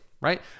right